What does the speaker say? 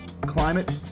climate